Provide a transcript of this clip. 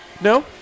No